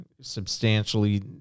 substantially